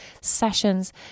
sessions